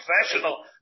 professional